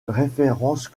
références